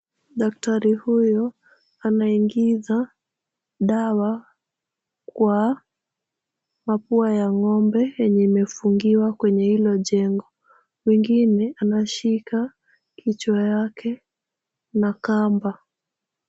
Daktari huyo anaingiza dawa kwa mapua ya ng'ombe yenye imefungiwa kwenye hilo jengo. Mwingine anashika kichwa yake na kamba.